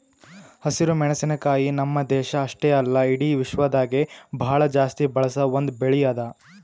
ಹಸಿರು ಮೆಣಸಿನಕಾಯಿ ನಮ್ಮ್ ದೇಶ ಅಷ್ಟೆ ಅಲ್ಲಾ ಇಡಿ ವಿಶ್ವದಾಗೆ ಭಾಳ ಜಾಸ್ತಿ ಬಳಸ ಒಂದ್ ಬೆಳಿ ಅದಾ